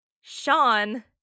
Sean